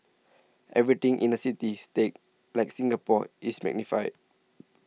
everything in a city state like Singapore is magnified